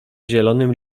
zielonym